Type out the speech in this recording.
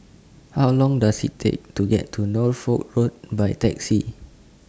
How Long Does IT Take to get to Norfolk Road By Taxi